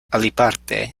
aliparte